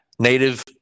native